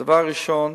הדבר הראשון,